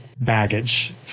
baggage